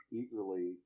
eagerly